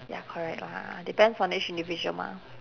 ya correct lah depends on each individual mah